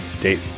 date